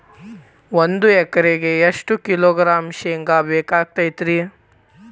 ಒಂದು ಎಕರೆಗೆ ಎಷ್ಟು ಕಿಲೋಗ್ರಾಂ ಶೇಂಗಾ ಬೇಕಾಗತೈತ್ರಿ?